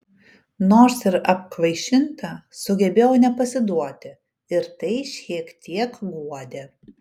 nors ir apkvaišinta sugebėjau nepasiduoti ir tai šiek tiek guodė